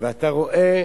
ואתה רואה